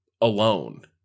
alone